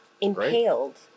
Impaled